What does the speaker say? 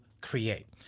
create